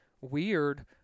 weird